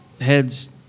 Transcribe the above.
heads